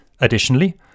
Additionally